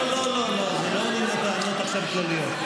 לא לא לא, לא עונים על טענות כלליות עכשיו.